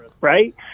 right